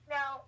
Now